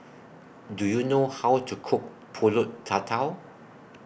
Do YOU know How to Cook Pulut Tatal